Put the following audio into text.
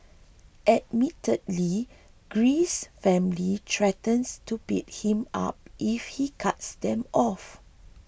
admittedly Greece's family threatens to beat him up if he cuts them off